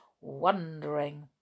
wondering